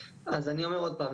אז אני אומר עוד פעם,